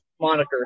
moniker